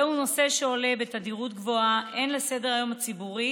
זהו נושא שעולה בתדירות גבוהה על סדר-היום הן הציבורי